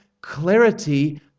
clarity